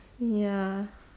ya